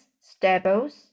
stables